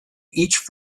each